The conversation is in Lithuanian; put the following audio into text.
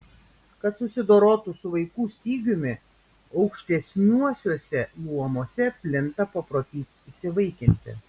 kad susidorotų su vaikų stygiumi aukštesniuosiuose luomuose plinta paprotys įsivaikinti